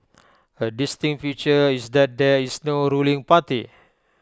A distinct feature is that there is no ruling party